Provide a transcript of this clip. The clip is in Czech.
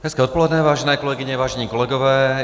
Hezké odpoledne, vážené kolegyně, vážení kolegové.